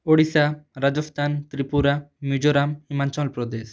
Odisha Rajasthan Tripura Mizoram Himachal Pradesh